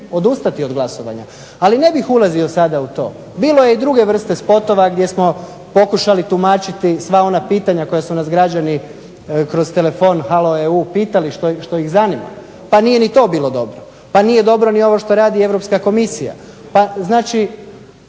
odustati od glasovanja. Ali ne bih ulazio sada u to. Bilo je i druge vrste spotova gdje smo pokušali tumačiti sva ona pitanja koja su nas građani kroz telefon HALOEU pitali što ih zanima pa nije ni to bilo dobro. Pa nije ni dobro ovo što radi Europska komisija. Pa znači